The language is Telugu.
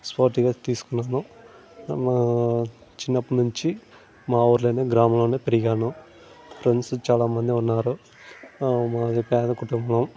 స్పోర్టివ్గా తీసుకున్నాను మా చిన్నప్పటి నుంచి మా ఊర్లోనే గ్రామంలోనే పెరిగాను ఫ్రెండ్స్ చాలా మంది ఉన్నారు మాది పేద కుటుంబం